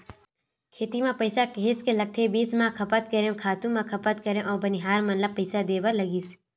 खेती म पइसा काहेच के लगथे बीज म खपत करेंव, खातू म खपत करेंव अउ बनिहार मन ल पइसा देय बर लगिस